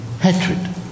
hatred